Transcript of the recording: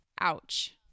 Ouch